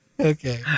Okay